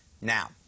Now